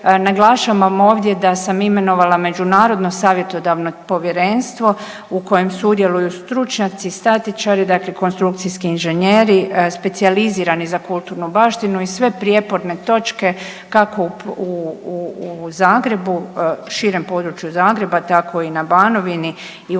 Naglašavam ovdje da sam imenovala Međunarodno savjetodavno povjerenstvo u kojem sudjeluju stručnjaci, statičari, dakle konstrukcijski inženjeri, specijalizirani za kulturnu baštinu i sve prijeporne točke, kako u Zagrebu, širem području Zagreba, tako i na Banovini i u ostalim